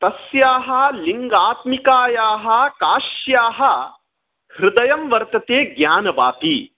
तस्याः लिङ्गात्मिकायाः काश्याः हृदयं वर्तते ज्ञानवापी